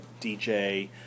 DJ